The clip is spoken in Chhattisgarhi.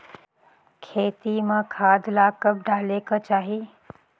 खेती म खाद ला कब डालेक चाही?